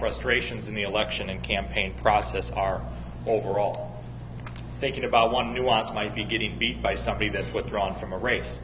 frustrations in the election and campaign process are overall thinking about one nuance might be getting beat by somebody that's withdrawn from the race